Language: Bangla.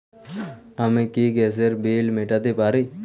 আমি কি গ্যাসের বিল মেটাতে পারি?